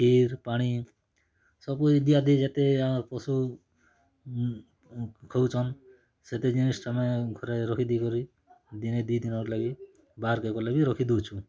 ଫେର୍ ପାଣି ସବୁ ଇତ୍ୟାଦି ଯେତେ ଆ ପଶୁ ଖାଉଛନ୍ ସେତେ ଜିନିଷ୍ ଆମେ ଘରେ ରଖି ଦେଇ କରି ଦିନେ ଦି ଦିନର୍ ଲାଗି ଆମେ ବାହାର୍ କେ ଗଲେ ବି ରଖି ଦଉଛୁଁ